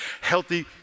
Healthy